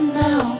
now